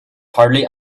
hardly